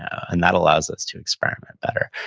and that allows us to experiment better,